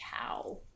cow